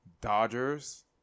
Dodgers